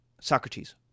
Socrates